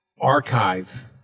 archive